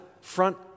front